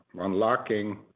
unlocking